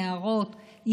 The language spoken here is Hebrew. נערות,